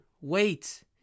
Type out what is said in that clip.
Wait